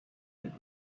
that